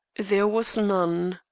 there was none.